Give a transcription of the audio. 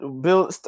Bill